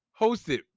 Hosted